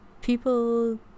people